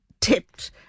tipped